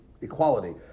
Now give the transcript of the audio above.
equality